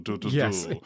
Yes